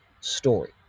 story